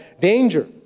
danger